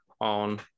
on